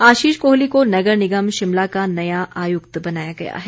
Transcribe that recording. आशीष कोहली को नगर निगम शिमला का नया आयुक्त बनाया गया है